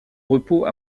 repos